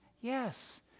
Yes